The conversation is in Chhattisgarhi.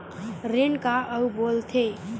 ऋण का अउ का बोल थे?